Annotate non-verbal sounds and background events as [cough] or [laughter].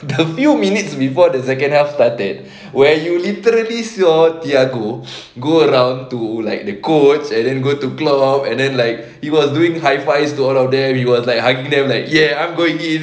the few minutes before the second half started where you literally saw thiago [noise] go around to like the coach and then go to glow and then like he was doing high fives to all of them he was like hugging them like ya I'm going again